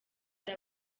hari